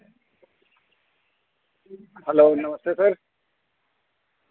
hello namaste sir